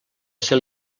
ser